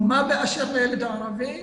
ומה באשר לילד הערבי?